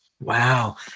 Wow